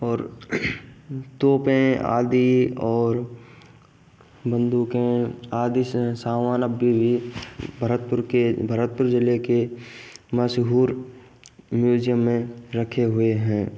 और तोपें आदि और बंदूके आदि सामान अब भी भरतपुर के भरतपुर जिले के मशहूर मुजियम में रखे हुए है